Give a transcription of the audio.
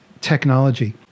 technology